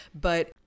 But-